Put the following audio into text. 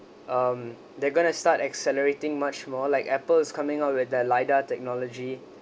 um they're going to start accelerating much more like Apple is coming out with their LiDAR technology